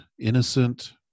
innocent